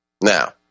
Now